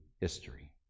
history